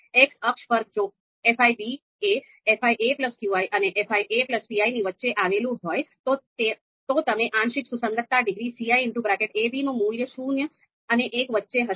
X અક્ષ પર જો f એ fiqi અને fipi ની વચ્ચે આવેલું હોય તો તમે આંશિક સુસંગતતા ડિગ્રી ciab નું મૂલ્ય શૂન્ય અને એક વચ્ચે હશે